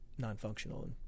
non-functional